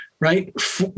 Right